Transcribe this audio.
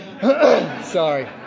Sorry